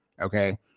okay